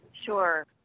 Sure